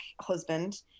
husband